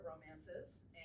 romances